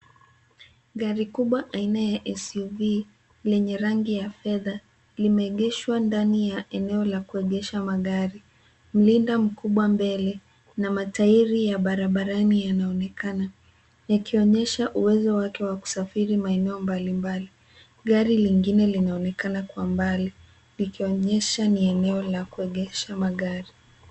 Gari kubwa aina ya SUV , lenye rangi ya fedha, limeegeshwa ndani ya kuegesha maji. Mlinda mkubwa mbele, na matairi ya barabarani yanaonekana yakionyesha uwezo wake wa kusafiri maeneo mbalimbali. Gari lingine linaonekana kwa mbali, likionyesha ni eneo la kuegesha magari.